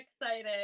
excited